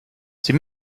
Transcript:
sie